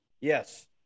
yes